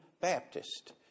Baptist